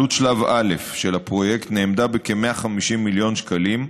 עלות שלב א' של הפרויקט נאמדה ב-150 מיליון שקלים,